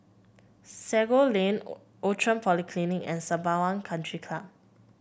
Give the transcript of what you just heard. Sago Lane Outram Polyclinic and Sembawang Country Club